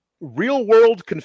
real-world